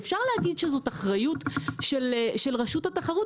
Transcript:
אפשר להגיד שזאת אחריות של רשות התחרות,